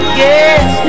yes